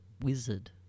wizard